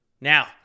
Now